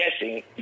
guessing